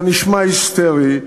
אתה נשמע היסטרי,